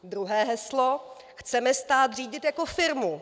Druhé heslo: Chceme stát řídit jako firmu.